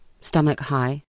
stomach-high